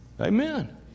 Amen